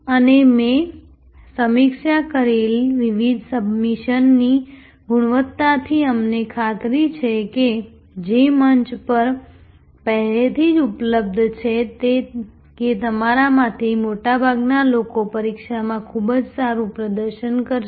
અને મેં સમીક્ષા કરેલ વિવિધ સબમિશનની ગુણવત્તાથી મને ખાતરી છે કે જે મંચ પર પહેલેથી જ ઉપલબ્ધ છે કે તમારામાંથી મોટાભાગના લોકો પરીક્ષામાં ખૂબ સારું પ્રદર્શન કરશે